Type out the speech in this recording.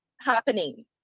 happening